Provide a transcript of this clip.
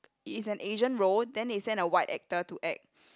is an Asian role then they send a white actor to act